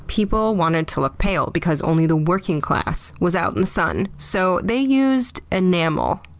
people wanted to look pale because only the working class was out in the sun. so they used enamel,